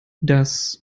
das